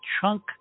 chunk